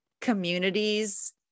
communities